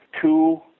two